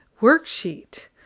worksheet